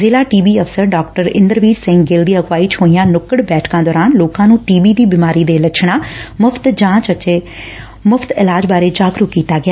ਜ਼ਿਲ੍ਹਾ T B ਅਫਸਰ ਡਾ ਇੰਦਰਵੀਰ ਸਿੰਘ ਗਿੱਲ ਦੀ ਅਗਵਾਈ ਵਿਚ ਹੋਈਆਂ ਨੁੱਕੜ ਬੈਠਕਾਂ ਦੌਰਾਨ ਲੋਕਾਂ ਨੂੰ ਟੀ ਬੀ ਦੀ ਬੀਮਾਰੀ ਦੇ ਲੱਛਣਾਂ ਮੁੱਫਤ ਜਾਂਚ ਅਤੇ ਮੁੱਫਤ ਇਲਾਜ ਬਾਰੇ ਜਾਗਰਕ ਕੀਤਾ ਗਿਆ